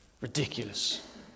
Ridiculous